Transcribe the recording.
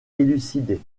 élucidé